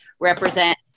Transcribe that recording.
Represent